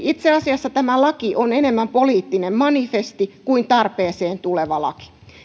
itse asiassa tämä laki on enemmän poliittinen manifesti kuin tarpeeseen tuleva laki